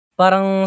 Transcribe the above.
parang